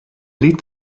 lit